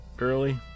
Early